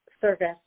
service